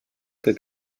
que